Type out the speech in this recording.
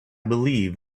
believe